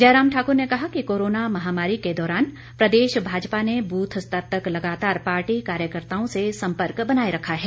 जयराम ठाकुर ने कहा कि कोरोना महामारी के दौरान प्रदेश भाजपा ने बूथ स्तर तक लगातार पार्टी कार्यकर्ताओं से संपर्क बनाए रखा है